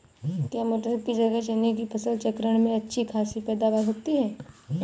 क्या मटर की जगह चने की फसल चक्रण में अच्छी खासी पैदावार होती है?